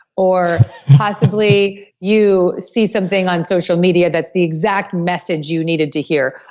or possibly you see something on social media that's the exact message you needed to hear,